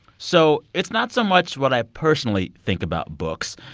so it's not so much what i personally think about books.